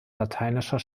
lateinischer